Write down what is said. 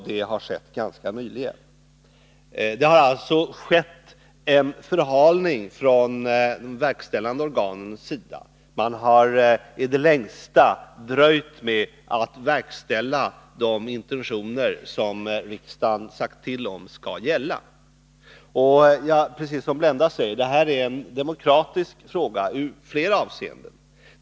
Det har alltså skett en förhalning från de verkställande organens sida. Man har i det längsta dröjt med att verkställa riksdagens intentioner. Detta är, precis som Blenda Littmarck säger, i flera avseenden en demokratisk fråga.